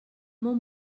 bon